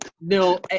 no